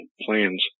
plans